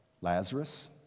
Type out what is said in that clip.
Lazarus